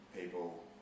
people